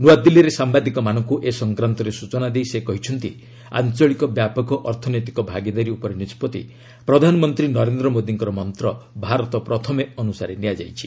ନୂଆଦିଲ୍ଲୀରେ ସାମ୍ବାଦିକମାନଙ୍କୁ ଏ ସଂକ୍ରାନ୍ତରେ ସୂଚନା ଦେଇ ସେ କହିଛନ୍ତି ଆଞ୍ଚଳିକ ବ୍ୟାପକ ଅର୍ଥନୈତିକ ଭାଗିଦାରୀ ଉପରେ ନିଷ୍ପଭି' ପ୍ରଧାନମନ୍ତ୍ରୀ ନରେନ୍ଦ୍ର ମୋଦୀଙ୍କ ମନ୍ତ୍ର ଭାରତ ପ୍ରଥମେ ଅନୁସାରେ ନିଆଯାଇଛି